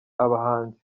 abahanzi